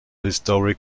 historic